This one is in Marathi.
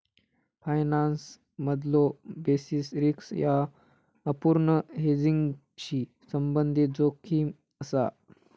फायनान्समधलो बेसिस रिस्क ह्या अपूर्ण हेजिंगशी संबंधित जोखीम असा